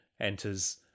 enters